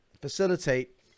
facilitate